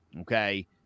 Okay